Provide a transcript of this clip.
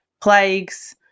plagues